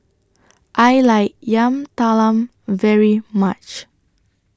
I like Yam Talam very much